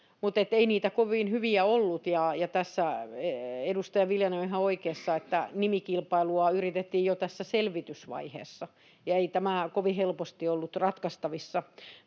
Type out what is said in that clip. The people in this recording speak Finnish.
ei niitä kovin hyviä ollut, ja tässä edustaja Viljanen on ihan oikeassa, että nimikilpailua yritettiin jo tässä selvitysvaiheessa ja ei tämä kovin helposti ollut ratkaistavissa.